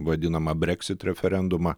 vadinamą breksit referendumą